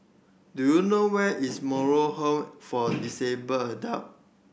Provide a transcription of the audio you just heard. do you know where is Moral Home for Disabled Adult